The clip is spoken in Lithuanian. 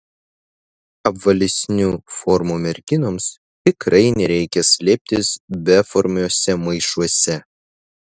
apvalesnių formų merginoms tikrai nereikia slėptis beformiuose maišuose